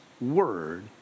word